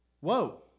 Whoa